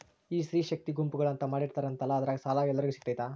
ಈ ಸ್ತ್ರೇ ಶಕ್ತಿ ಗುಂಪುಗಳು ಅಂತ ಮಾಡಿರ್ತಾರಂತಲ ಅದ್ರಾಗ ಸಾಲ ಎಲ್ಲರಿಗೂ ಸಿಗತೈತಾ?